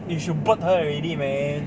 you should bird already man